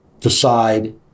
decide